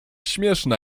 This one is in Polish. śmieszna